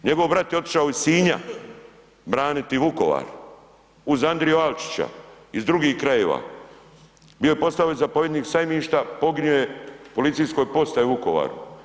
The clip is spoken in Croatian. Njegov brat je otišao iz Sinja braniti Vukovar uz Andriju Alčića iz drugih krajeva, bio je postao i zapovjednik sajmišta, poginuo je u policijskoj postaji u Vukovaru.